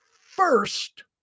first